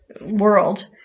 world